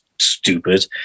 stupid